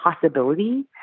possibility